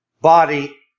body